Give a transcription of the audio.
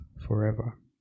forever